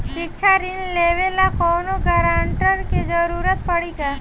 शिक्षा ऋण लेवेला कौनों गारंटर के जरुरत पड़ी का?